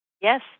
Yes